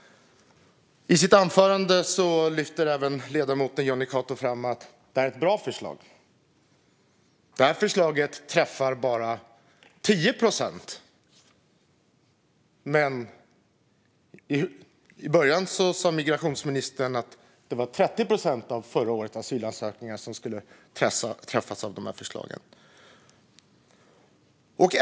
I sitt anförande lyfter ledamoten Jonny Cato även fram att det här är ett bra förslag. Det träffar bara 10 procent, men i början sa migrationsministern att 30 procent av förra årets asylansökningar skulle träffas av förslaget.